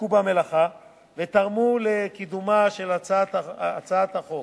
שעסקו במלאכה ותרמו לקידומה של הצעת החוק.